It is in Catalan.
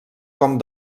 com